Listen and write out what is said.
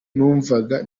numvaga